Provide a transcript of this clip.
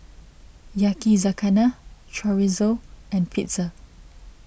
Yakizakana Chorizo and Pizza